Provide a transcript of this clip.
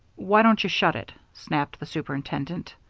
why don't you shut it? snapped the superintendent.